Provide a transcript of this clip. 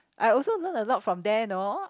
I also learn a lot from there you know